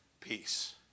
peace